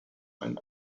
einen